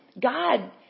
God